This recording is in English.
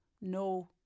No